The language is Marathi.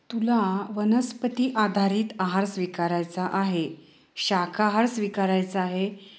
तुला वनस्पती आधारित आहार स्वीकारायचा आहे शाकाहार स्वीकारायचा आहे